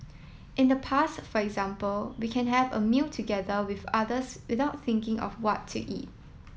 in the past for example we can have a meal together with others without thinking of what to eat